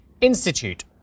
Institute